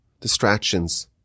distractions